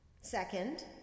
Second